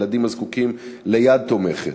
ילדים הזקוקים ליד תומכת,